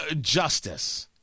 justice